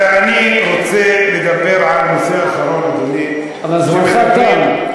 אני רוצה לדבר על נושא אחרון, אדוני, אבל זמנך תם.